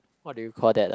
what do you call that ah